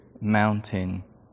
mountain